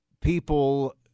people